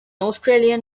australian